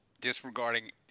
disregarding